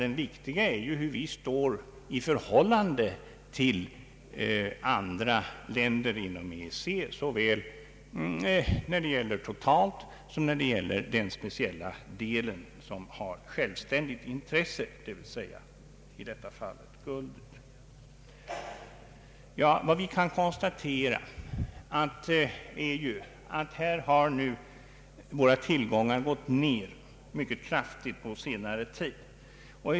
Det betydelsefulla är hur vi står i förhållande till andra länder inom EEC såväl totalt som när det gäller den speciella del som har självständigt intresse, d. v. s. i detta fall guldet. Vad vi kan konstatera är att våra tillgångar har gått ned mycket kraftigt på senare tid.